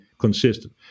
Consistent